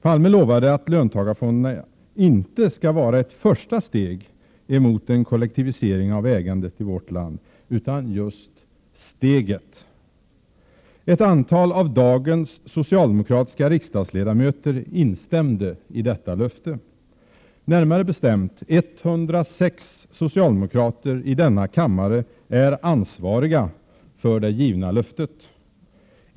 Palme lovade att löntagarfonderna inte skall vara ett första steg emot en kollektivisering av ägande i vårt land, utan just ”steget”. Ett antal av dagens socialdemokratiska riksdagsledamöter instämde i detta löfte — närmare bestämt 106 socialdemokrater i denna kammare är ansvariga för det givna löftet.